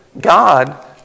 God